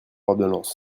ordonnance